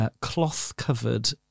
cloth-covered